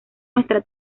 nuestra